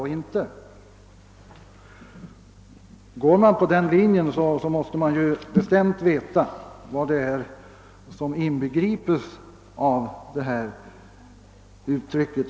Följer man den linjen, måste man bestämt veta vad det är som inbegripes i begreppet.